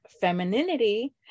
femininity